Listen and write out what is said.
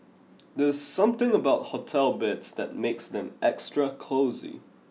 there's something about hotel beds that makes them extra cosy